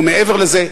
ומעבר לזה,